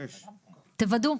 תוודאו.